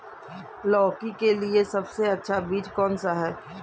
लौकी के लिए सबसे अच्छा बीज कौन सा है?